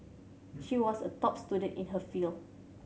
she was a top student in her field